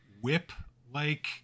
whip-like